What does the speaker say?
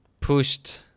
pushed